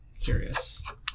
Curious